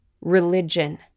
religion